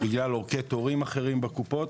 בגלל אורכי התורים בקופות.